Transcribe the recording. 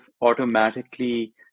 automatically